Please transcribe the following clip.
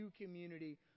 community